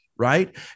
Right